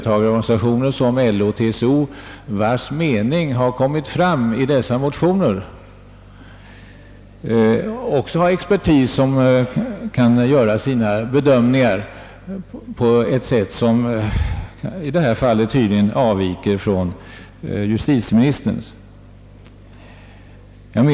Jag tror dessutom att även LO och TCO, vilkas mening har kommit till uttryck i dessa motioner, har expertis som kunnat göra sina bedömningar och hänsynstaganden till detta problem — bedömningar som i detta fall tydligen avvikit från justitieministerns.